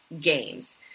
games